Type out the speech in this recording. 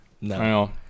No